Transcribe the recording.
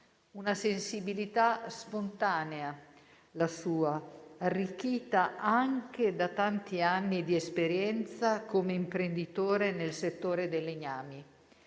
Una sensibilità spontanea la sua, arricchita anche da tanti anni di esperienza come imprenditore nel settore dei legnami.